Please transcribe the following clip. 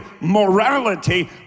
morality